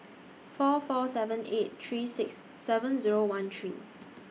four four seven eight three six seven Zero one three